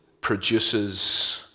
produces